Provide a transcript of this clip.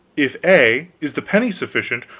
if a, is the penny sufficient,